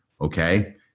Okay